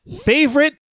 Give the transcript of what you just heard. favorite